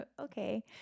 Okay